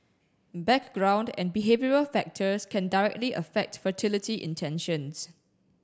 background and behavioural factors can directly affect fertility intentions